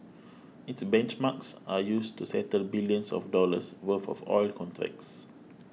its benchmarks are used to settle billions of dollars worth of oil contracts